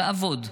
לעבוד.